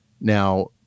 Now